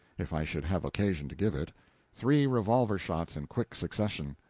if i should have occasion to give it three revolver-shots in quick succession.